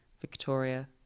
Victoria